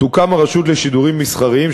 תוקם הרשות לשידורים מסחריים,